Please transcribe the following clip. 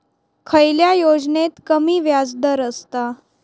खयल्या योजनेत कमी व्याजदर असता?